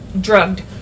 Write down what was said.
drugged